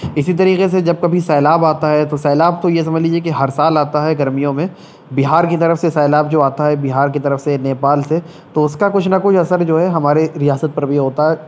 اسی طریقے سے جب کبھی سیلاب آتا ہے تو سیلاب تو یہ سمجھ لیجیے کہ ہر سال آتا ہے گرمیوں میں بہار کی طرف سے سیلاب جو آتا ہے بہار کی طرف سے نیپال سے تو اس کا کچھ نہ کچھ اثر جو ہے ہمارے ریاست پر بھی ہوتا ہے